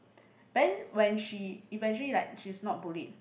then when she eventually like she's not bullied